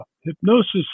hypnosis